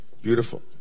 Beautiful